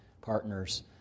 partners